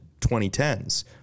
2010s